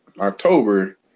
October